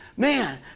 Man